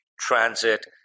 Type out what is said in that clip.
transit